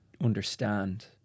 understand